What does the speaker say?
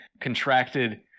contracted